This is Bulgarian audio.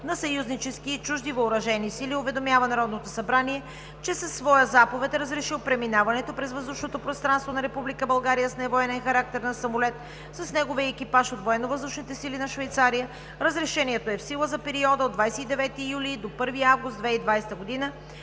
на съюзнически и чужди въоръжени сили уведомява Народното събрание, че със своя заповед е разрешил преминаването през въздушното пространство на Република България с невоенен характер на самолет с неговия екипаж от Военновъздушните сили на Швейцария. Разрешението е в сила за периода от 29 юли до 1 август 2020 г.